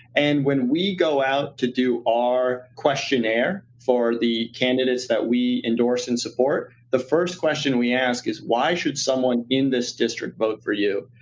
and when we go out to do our questionnaire for the candidates that we endorse and support, the first question we ask is, why should someone in this district vote for you?